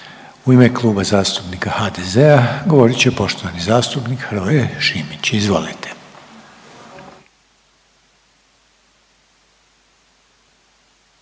u ime Kluba zastupnika HDZ-a će govoriti poštovani zastupnik Marko Pavić, izvolite.